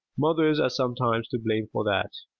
mothers are sometimes to blame for that,